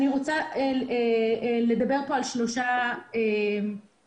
אני רוצה לדבר פה על שלושה היבטים,